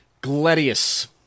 Gladius